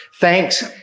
Thanks